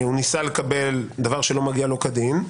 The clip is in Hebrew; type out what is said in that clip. הוא ניסה לקבל דבר שלא מגיע לו כדין,